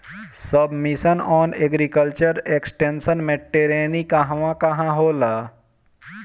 सब मिशन आन agriculture extension मै टेरेनीं कहवा कहा होला?